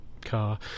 car